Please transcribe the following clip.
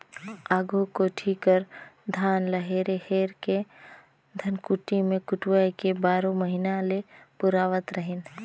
आघु कोठी कर धान ल हेर हेर के धनकुट्टी मे कुटवाए के बारो महिना ले पुरावत रहिन